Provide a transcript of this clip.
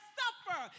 suffer